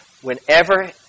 Whenever